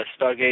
Stargate